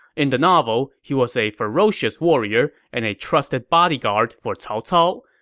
in the novel, he was a ferocious warrior and a trusted bodyguard for cao cao.